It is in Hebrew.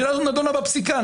השאלה הזאת נדונה בפסיקה.